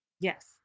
Yes